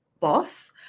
boss